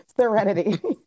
Serenity